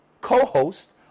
co-host